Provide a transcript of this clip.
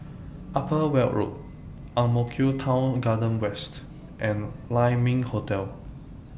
Upper Weld Road Ang Mo Kio Town Garden West and Lai Ming Hotel